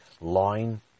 line